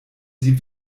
sie